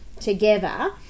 together